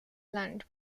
land